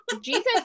Jesus